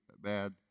bad